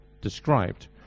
described